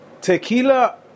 Tequila